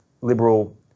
liberal